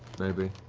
maybe.